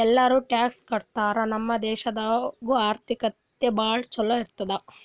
ಎಲ್ಲಾರೂ ಟ್ಯಾಕ್ಸ್ ಕಟ್ಟುರ್ ನಮ್ ದೇಶಾದು ಆರ್ಥಿಕತೆ ಭಾಳ ಛಲೋ ಇರ್ತುದ್